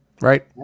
Right